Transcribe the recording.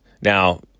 Now